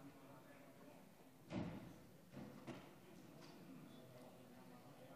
(הישיבה נפסקה בשעה 11:02 ונתחדשה בשעה